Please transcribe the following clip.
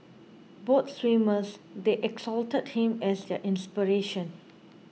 both swimmers they exalted him as their inspiration